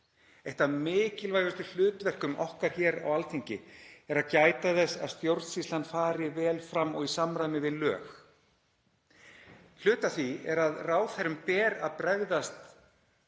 Eitt af mikilvægustu hlutverkum okkar hér á Alþingi er að gæta þess að stjórnsýslan fari vel fram og í samræmi við lög. Hluti af því er að ráðherrum ber að bregðast